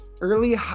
early